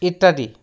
ইত্যাদি